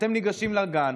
אתם ניגשים לגן,